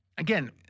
Again